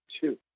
two